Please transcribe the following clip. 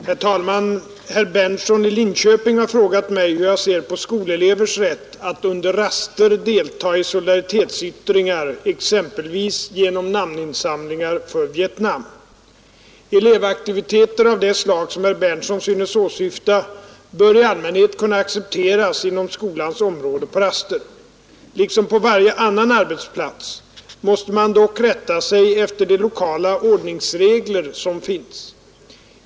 Herr talman! Herr Berndtson i Linköping har frågat mig hur jag ser på skolelevers rätt att under raster delta i solidaritetsyttringar exempelvis genom namninsamlingar för Vietnam. Elevaktiviteter av det slag som herr Berndtson synes åsyfta bör i allmänhet kunna accepteras inom skolans område på raster. Liksom på varje annan arbetsplats måste man dock rätta sig efter de lokala ordningsregler som finns.